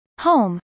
Home